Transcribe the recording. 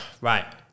right